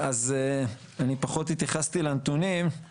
אז אני פחות התייחסתי לנתונים.